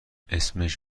اسمش